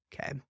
Okay